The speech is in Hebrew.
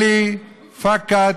אנחנו מתפללים